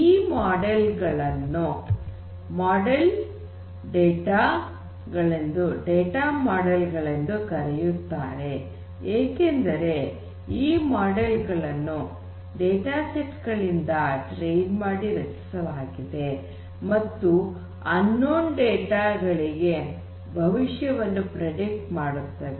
ಈ ಮಾಡೆಲ್ ಗಳನ್ನು data model ಗಳೆಂದು ಕರೆಯುತ್ತಾರೆ ಏಕೆಂದರೆ ಈ ಮಾಡೆಲ್ ಗಳನ್ನು ಡೇಟಾ ಸೆಟ್ ಗಳಿಂದ ಟ್ರೈನ್ ಮಾಡಿ ರಚಿಸಲಾಗಿದೆ ಮತ್ತು ಅನ್ನೋನ್ ಡೇಟಾ ಗಳಿಗೆ ಭವಿಷ್ಯವನ್ನು ಪ್ರೆಡಿಕ್ಟ್ ಮಾಡುತ್ತವೆ